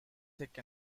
thick